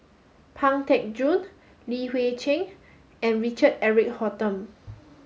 Pang Teck Joon Li Hui Cheng and Richard Eric Holttum